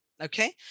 Okay